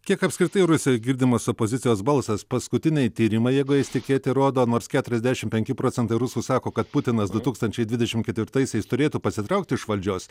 kiek apskritai rusijoj girdimas opozicijos balsas paskutiniai tyrimai jeigu jais tikėti rodo nors keturiasdešim penki procentai rusų sako kad putinas du tūkstančiai dvidešim ketvirtaisiais turėtų pasitraukti iš valdžios